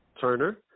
Turner